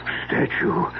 statue